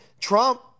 Trump